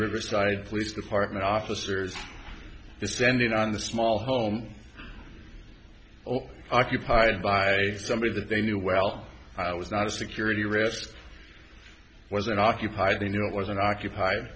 riverside police department officers descending on the small home occupied by somebody that they knew well i was not a security risk was unoccupied you know it was unoccupied